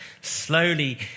slowly